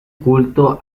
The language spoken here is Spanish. culto